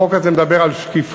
החוק הזה מדבר על שקיפות,